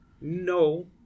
no